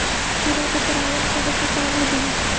खिरा मे परागण करे के का बिधि है?